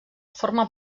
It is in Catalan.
forma